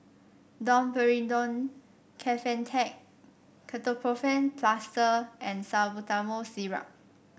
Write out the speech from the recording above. Domperidone Kefentech Ketoprofen Plaster and Salbutamol Syrup